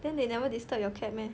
then they never disturb your cat meh